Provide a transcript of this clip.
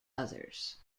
others